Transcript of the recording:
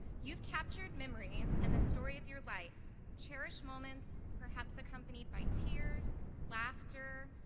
you've captured memories and the story of your life cherished moments perhaps accompanied by tears, laughter,